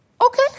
okay